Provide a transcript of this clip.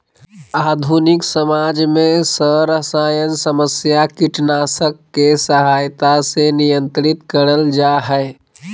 आधुनिक समाज में सरसायन समस्या कीटनाशक के सहायता से नियंत्रित करल जा हई